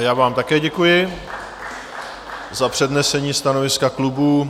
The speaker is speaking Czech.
Já také děkuji za přednesení stanoviska klubu.